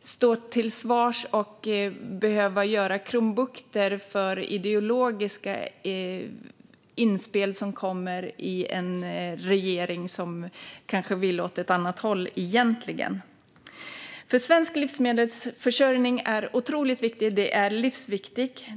stå till svars och behöva göra krumbukter i förhållande till ideologiska inspel i en regering som kanske vill åt ett annat håll egentligen. Svensk livsmedelsförsörjning är otroligt viktig.